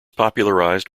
popularised